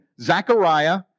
Zechariah